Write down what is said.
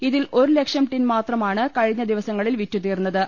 ഇതിൽ ഒരു ലക്ഷം ടിൻ മാത്രമാണ് കഴിഞ്ഞ ദിവസങ്ങളിൽ വിറ്റുതീർന്നത്